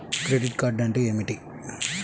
Credit card అంటే ఏమిటి?